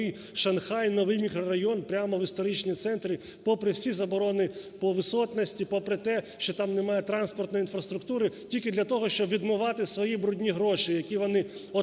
"Шанхай", новий мікрорайон прямо в історичному центрі попри всі заборони по висотності, попри те, що там немає транспортної інфраструктури тільки для того, щоб відмивати свої брудні гроші, які вони отримували